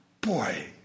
Boy